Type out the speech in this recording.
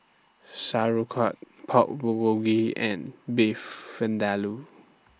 Sauerkraut Pork Bulgogi and Beef Vindaloo